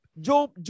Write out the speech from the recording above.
Job